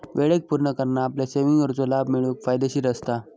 वेळेक पुर्ण करना आपल्या सेविंगवरचो लाभ मिळवूक फायदेशीर असता